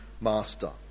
master